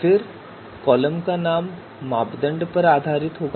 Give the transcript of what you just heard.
फिर कॉलम का नाम मापदंड के आधार पर होगा